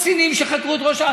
שיבדקו את זה.